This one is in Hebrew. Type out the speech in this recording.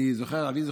אני זוכר שאבי,